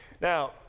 Now